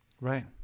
right